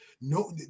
No